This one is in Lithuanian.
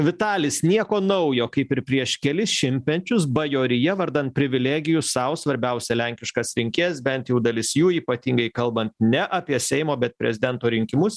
vitalis nieko naujo kaip ir prieš kelis šimtmečius bajorija vardan privilegijų sau svarbiausia lenkiškas rinkėjas bent jau dalis jų ypatingai kalbant ne apie seimo bet prezidento rinkimus